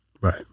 Right